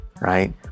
right